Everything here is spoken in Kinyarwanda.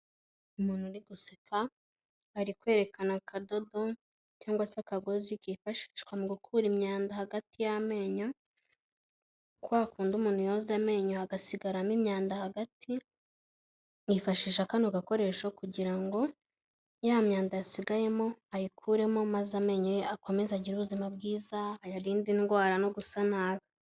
Umuntu uri guseka ari kwerekana akadodo cyangwa se akagozi kifashishwa mu gukura imyanda hagati y'amenyo, kwa kundi umuntu yoza amenyo hagasigaramo imyanda hagati, yifashisha kano gakoresho kugira ngo ya myanda yasigayemo ayikuremo maze amenyo ye akomeze agire ubuzima bwiza ayarinde indwara no gusa nabi.